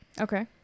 Okay